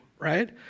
right